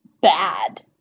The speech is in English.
bad